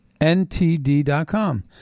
ntd.com